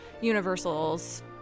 Universal's